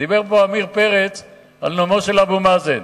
דיבר פה עמיר פרץ על נאומו של אבו מאזן.